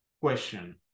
question